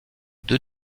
deux